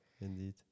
indeed